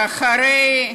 שאחרי,